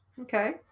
okay